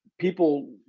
People